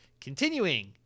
continuing